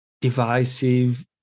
divisive